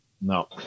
No